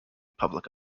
public